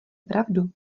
pravdu